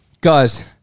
Guys